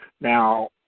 Now